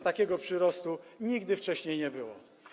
Takiego przyrostu nigdy wcześniej nie było.